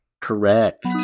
correct